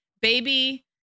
baby